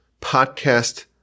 Podcast